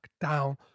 down